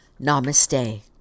Namaste